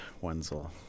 Wenzel